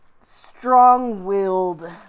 strong-willed